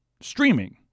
streaming